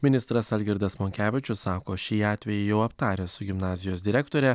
ministras algirdas monkevičius sako šį atvejį jau aptaręs su gimnazijos direktore